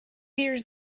years